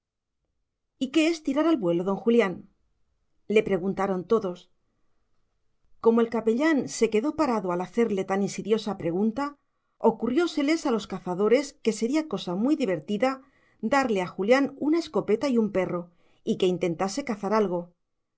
y qué es tirar al vuelo don julián le preguntaron todos como el capellán se quedó parado al hacerle tan insidiosa pregunta ocurrióseles a los cazadores que sería cosa muy divertida darle a julián una escopeta y un perro y que intentase cazar algo